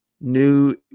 new